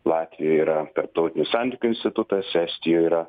latvijoj yra tarptautinių santykių institutas estijoj yra